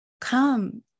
come